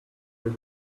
your